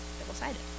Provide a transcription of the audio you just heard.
double-sided